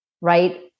right